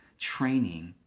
training